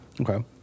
Okay